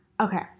Okay